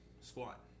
squat